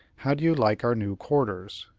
how do you like our new quarters?